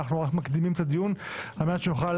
אנחנו רק מקדימים את הדיון על מנת שנוכל